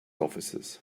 officers